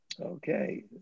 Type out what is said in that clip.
Okay